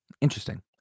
Interesting